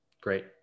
Great